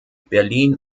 berlin